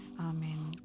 Amen